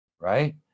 right